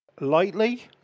lightly